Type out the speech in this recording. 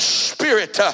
spirit